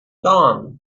dawn